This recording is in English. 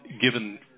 given